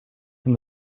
from